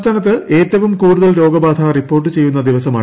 സംസ്ഥാനത്ത് ഏറ്റവും കൂടുതൽ രോഗബാധ റിപ്പോർട്ട് ചെയ്യുന്ന ദിവസമാണ്